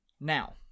Now